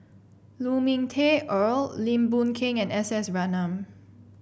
Lu Ming Teh Earl Lim Boon Keng and S S Ratnam